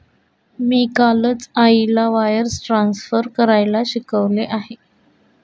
मी कालच आईला wires transfer करायला शिकवले आहे